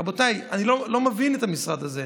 רבותיי, אני לא מבין את המשרד הזה.